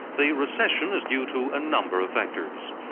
the recession is due to a number of factors.